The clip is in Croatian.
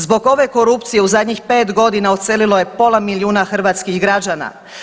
Zbog ove korupcije u zadnjih 5 godina odselilo je pola milijuna hrvatskih građana.